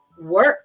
work